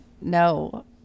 No